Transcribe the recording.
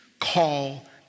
Call